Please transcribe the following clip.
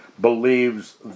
believes